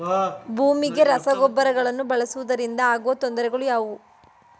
ಭೂಮಿಗೆ ರಸಗೊಬ್ಬರಗಳನ್ನು ಬಳಸುವುದರಿಂದ ಆಗುವ ತೊಂದರೆಗಳು ಯಾವುವು?